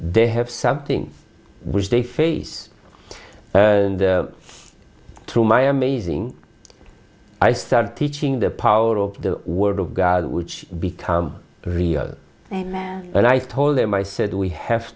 they have something which they face and through my amazing i started teaching the power of the word of god which become real and i told him i said we have